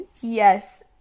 yes